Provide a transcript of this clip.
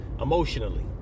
emotionally